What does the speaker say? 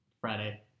Friday